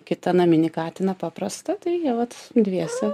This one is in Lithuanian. kitą naminį katiną paprastą tai jie vat dviese